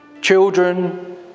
children